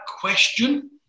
question